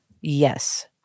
Yes